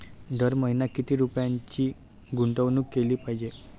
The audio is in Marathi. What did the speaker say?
दर महिना किती रुपयांची गुंतवणूक केली पाहिजे?